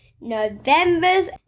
November's